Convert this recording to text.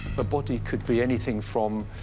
a body could be anything from,